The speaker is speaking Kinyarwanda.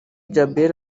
djabel